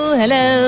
hello